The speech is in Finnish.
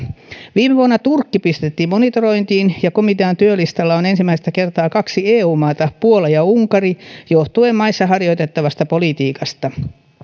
viime vuonna turkki pistettiin monitorointiin ja komitean työlistalla on ensimmäistä kertaa kaksi eu maata puola ja unkari johtuen maissa harjoitettavasta politiikasta